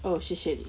oh 谢谢你